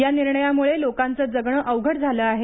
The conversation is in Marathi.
या निर्णयामुळे लोकांचं जगण अवघड झालं आहे